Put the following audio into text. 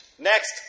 Next